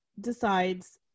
decides